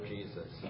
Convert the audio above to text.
Jesus